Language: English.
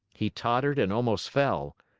he tottered and almost fell.